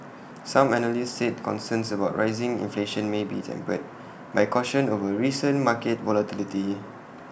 some analysts said concerns about rising inflation may be tempered by caution over recent market volatility